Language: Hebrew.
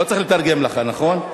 לא צריך לתרגם לך, נכון?